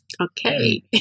Okay